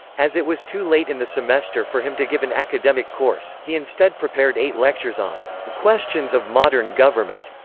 as it was too late in the semester for him to give an academic course, he instead prepared eight lectures on questions of modern government,